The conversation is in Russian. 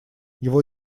его